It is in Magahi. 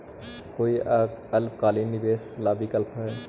कोई अल्पकालिक निवेश ला विकल्प हई?